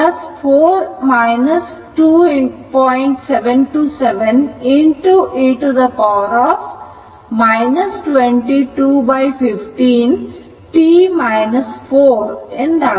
727 e t 2215 ಎಂದಾಗುತ್ತದೆ